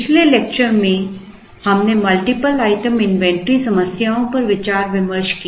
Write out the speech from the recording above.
पिछले लेक्चर में हमने मल्टीपल आइटम इन्वेंटरी समस्याओं पर विचार विमर्श किया